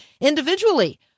individually